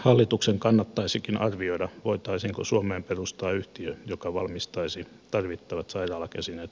hallituksen kannattaisikin arvioida voitaisiinko suomeen perustaa yhtiö joka valmistaisi tarvittavat sairaalakäsineet